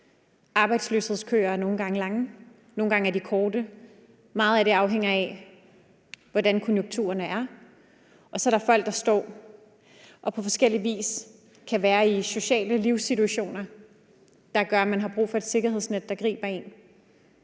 Arbejdsløshedskøer er nogle gange lange. Nogle gange er de korte. Meget af det afhænger af, hvordan konjunkturerne er. Og så er der folk, der står og på forskellig vis kan være i sociale livssituationer, der gør, at man har brug for et sikkerhedsnet, der griber en.